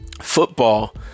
football